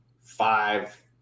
five